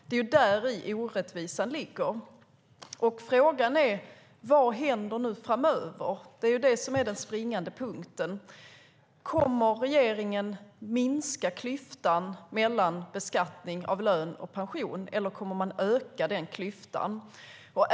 Det är däri orättvisan ligger. Frågan är: Vad händer framöver? Det är det som är den springande punkten. Kommer regeringen att minska klyftan mellan beskattning av lön och pension, eller kommer man att öka den klyftan?